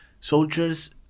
soldiers